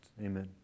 Amen